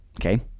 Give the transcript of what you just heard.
okay